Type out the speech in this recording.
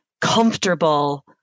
comfortable